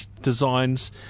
designs